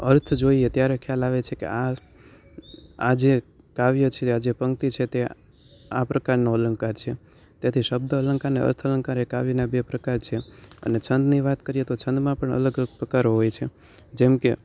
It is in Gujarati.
અર્થ જોઈએ ત્યારે ખ્યાલ આવે છે કે આ આજે કાવ્ય છે આજે પંક્તિ છે તે આ પ્રકારનો અલંકાર છે તેથી શબ્દ અલંકાર અને અર્થ અલંકાર એ કાવ્યના બે પ્રકાર છે અને છંદની વાત કરીએ તો છંદમાં પણ અલગ અલગ પ્રકારો હોય છે જેમકે